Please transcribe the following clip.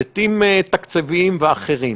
הביטים תקציביים ואחרים.